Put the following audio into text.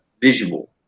visual